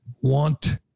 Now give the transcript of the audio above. want